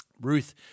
Ruth